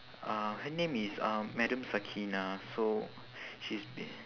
uh her name is um madam sakinah so she's b~